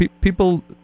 people